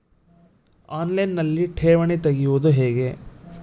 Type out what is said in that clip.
On line ಠೇವಣಿ ತೆರೆಯುವುದು ಹೇಗೆ?